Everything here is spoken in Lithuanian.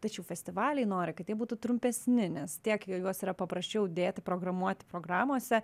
tačiau festivaliai nori kad jie būtų trumpesni nes tiek juos yra paprasčiau įdėti programuoti programose